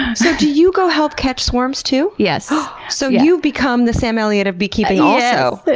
so, do you go help catch swarms too? yes. so, you've become the sam elliot of beekeeping also. yes.